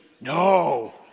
No